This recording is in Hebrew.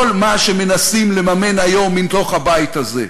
כל מה שמנסים לממן היום מתוך הבית הזה.